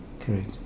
Correct